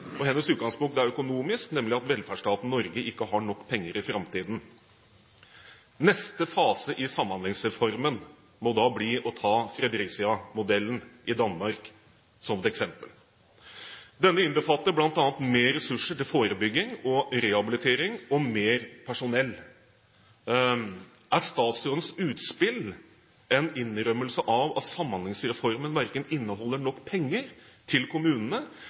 og hennes utgangspunkt er økonomisk, nemlig at velferdsstaten Norge ikke har nok penger i framtiden. Neste fase i Samhandlingsreformen må da bli å ta Fredericia-modellen i Danmark som et eksempel. Denne innbefatter bl.a. mer ressurser til forebygging og rehabilitering og mer personell. Er statsrådens utspill en innrømmelse av at Samhandlingsreformen verken inneholder nok penger til kommunene